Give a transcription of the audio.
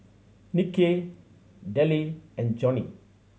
Niki Delle and Joni